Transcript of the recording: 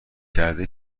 کرده